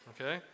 okay